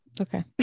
okay